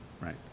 right